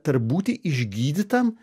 tarp būti išgydytam